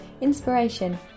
inspiration